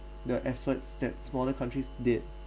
the efforts that smaller countries did